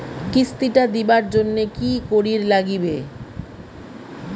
কিস্তি টা দিবার জন্যে কি করির লাগিবে?